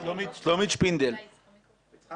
יש כאן